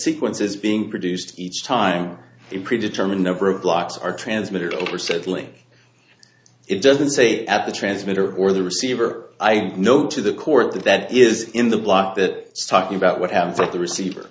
sequences being produced each time a pre determined number of blocks are transmitted over said link it doesn't say at the transmitter or the receiver i know to the court that is in the block that talking about what happens at the receiver